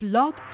Blog